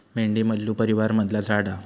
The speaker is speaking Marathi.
भेंडी मल्लू परीवारमधला झाड हा